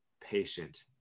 patient